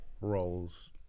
roles